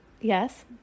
Yes